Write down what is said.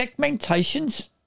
segmentations